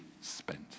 spent